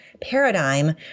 paradigm